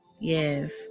Yes